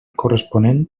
corresponent